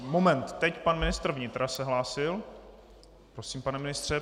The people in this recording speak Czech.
Moment, teď pan ministr vnitra se hlásil, prosím, pane ministře.